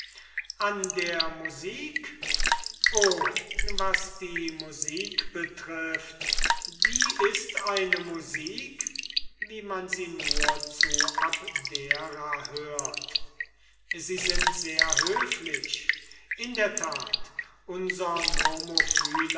an der musik o was die musik betrifft die ist eine musik wie man sie nur zu abdera hört sie sind sehr höflich in der tat